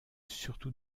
surtout